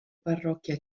parrocchia